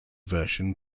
version